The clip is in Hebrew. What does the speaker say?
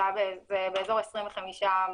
זה היה באזור 25 מגעים